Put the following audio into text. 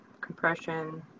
compression